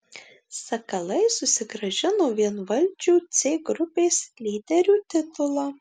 sakalai susigrąžino vienvaldžių c grupės lyderių titulą